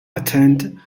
attended